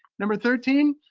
number thirteen,